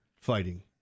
fighting